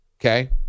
Okay